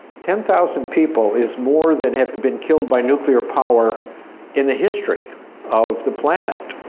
ten thousand people is more than had been killed by nuclear power in the history of the planet.